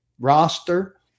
roster